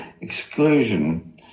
Exclusion